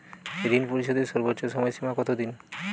ঋণ পরিশোধের সর্বোচ্চ সময় সীমা কত দিন?